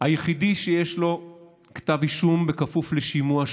היחידי שיש לו כתב אישום כפוף לשימוע,